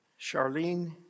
Charlene